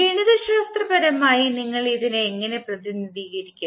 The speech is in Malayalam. ഗണിതശാസ്ത്രപരമായി നിങ്ങൾ ഇതിനെ എങ്ങനെ പ്രതിനിധീകരിക്കും